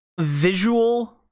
visual